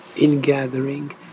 ingathering